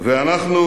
ואנחנו